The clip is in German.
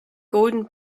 golden